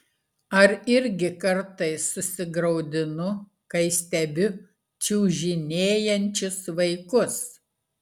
ar irgi kartais susigraudinu kai stebiu čiužinėjančius vaikus